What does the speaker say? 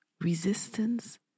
Resistance